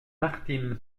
martine